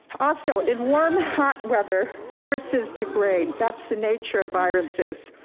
also in warm hot weather, viruses degrade. that's the nature of viruses.